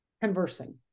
conversing